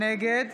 נגד